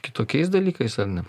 kitokiais dalykais ar ne